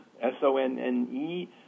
S-O-N-N-E